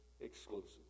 exclusive